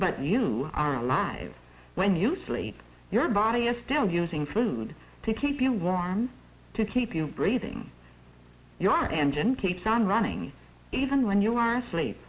but you are alive when you sleep your body is still using food to keep you warm to keep you breathing your engine keeps on running even when you are asleep